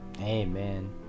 Amen